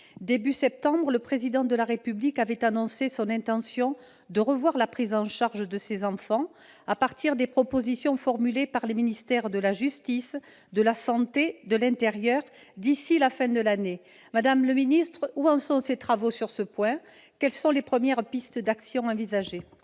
Début septembre, le Président de la République avait annoncé son intention de revoir la prise en charge de ces enfants, à partir de propositions formulées par les ministères de la justice, de la santé et de l'intérieur, « d'ici à la fin de l'année ». Madame la garde des sceaux, où en sont les travaux sur ce point ? Quelles sont les premières pistes d'action envisagées ?